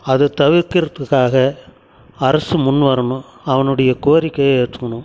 அதை தவிர்க்கிறதுக்காக அரசு முன்வரணும் அவனுடைய கோரிக்கையை ஏற்றுக்கணும்